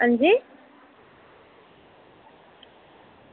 अंजी